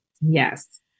yes